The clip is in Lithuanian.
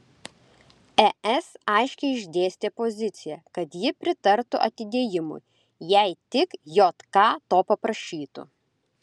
es aiškiai išdėstė poziciją kad ji pritartų atidėjimui jei tik jk to paprašytų